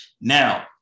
Now